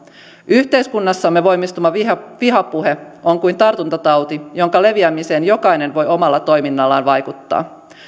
yhteiskunnassamme voimistuva vihapuhe on kuin tartuntatauti jonka leviämiseen jokainen voi omalla toiminnallaan vaikuttaa